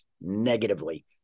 negatively